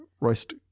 roast